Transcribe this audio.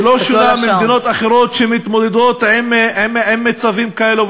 היא לא שונה ממדינות אחרות שמתמודדות עם מצבים כאלו,